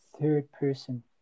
third-person